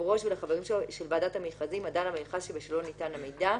הראש ולחברים של ועדת המכרזים הדנה במכרז שבשלו ניתן המידע.